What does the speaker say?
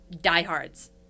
diehards